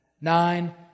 Nine